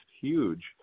huge